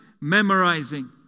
memorizing